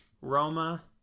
Roma